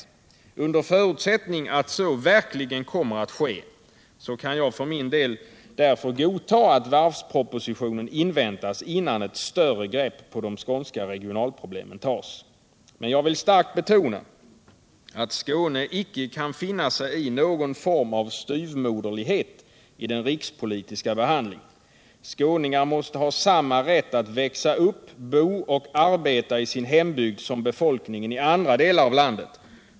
Och under förutsättning att så verkligen kommer att ske kan jag därför godta att varvspropositionen inväntas innan ett större grepp på de skånska regionalproblemen tas. Men jag vill starkt betona att Skåne inte kan finna sig i någon form av styvmoderlighet i den rikspolitiska behandlingen. Skåningar måste ha samma rätt att växa upp, bo och arbeta i sin hembygd som befolkningen i andra delar av landet.